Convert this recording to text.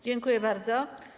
Dziękuję bardzo.